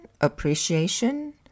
appreciation